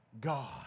God